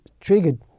triggered